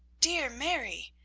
dear mary,